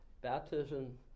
Baptism